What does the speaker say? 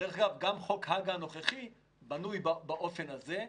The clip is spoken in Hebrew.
דרך אגב, גם חוק הג"א הנוכחי, בנוי באופן הזה.